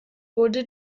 wurde